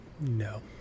No